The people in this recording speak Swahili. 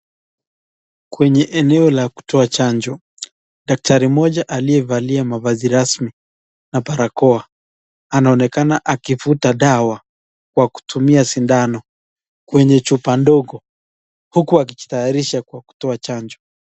Kwenye eneo la kutoa chanjo daktari mmoja aliyevalia mavazi rasmi na barakoa anaonekana akivuta dawa kwa kutumia sindano kwenye chupa ndogo huku akijitayarisha kwa kutoa chanjo.